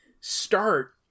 start